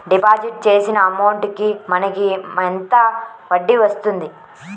Deposit చేసిన amount కి మనకి ఎంత వడ్డీ వస్తుంది?